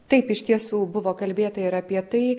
taip iš tiesų buvo kalbėta ir apie tai